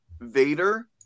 Vader